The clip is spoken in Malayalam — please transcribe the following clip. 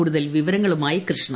കൂടുതൽ വിവരങ്ങളുമായി കൃഷ്ണ